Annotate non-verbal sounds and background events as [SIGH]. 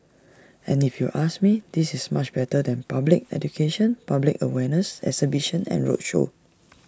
and if you ask me this is much better than public education public awareness [NOISE] exhibitions and roadshow